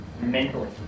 Mentally